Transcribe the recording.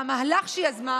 והמהלך שיזמה